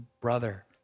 brother